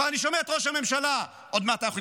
אני כבר שומע את ראש הממשלה: עוד מעט אנחנו נכנסים,